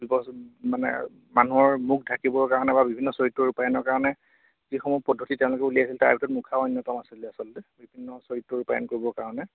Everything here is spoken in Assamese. মানে মানুহৰ মুখ ঢাকিবৰ কাৰণে বা বিভিন্ন চৰিত্ৰৰ ৰূপায়ণৰ কাৰণে যিসমূহ পদ্ধতি তেওঁলোকে উলিয়াইছিল তাৰ ভিতৰত মুখাও অন্যতম আছিলে আচলতে বিভিন্ন চৰিত্ৰ ৰূপায়ণৰ কৰিবৰ কাৰণে